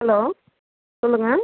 hello சொல்லுங்கள்